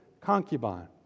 concubine